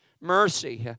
mercy